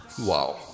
Wow